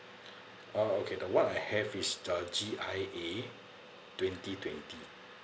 uh okay the [one] I have is the G_I_A twenty twenty